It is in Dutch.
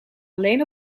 alleen